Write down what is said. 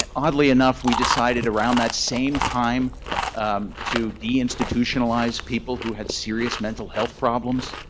and oddly enough, we decided around that same time to deinstitutionalize people who had serious mental health problems.